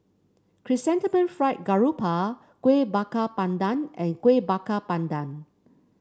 Chrysanthemum Fried Garoupa Kuih Bakar Pandan and Kuih Bakar Pandan